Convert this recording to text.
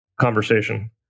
Conversation